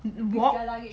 w~ walk